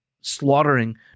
slaughtering